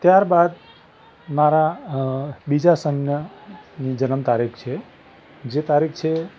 ત્યાર બાદ મારા બીજા સનના જન્મ તારીખ છે જે તારીખ છે